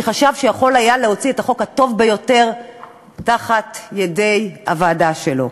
כי חשב שיוכל להוציא את החוק הטוב ביותר מתחת ידי הוועדה שלו.